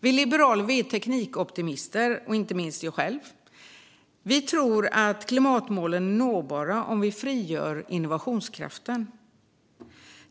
Vi liberaler är teknikoptimister, inte minst jag själv. Vi tror att klimatmålen är nåbara om vi frigör innovationskraften.